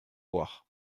boire